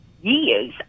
years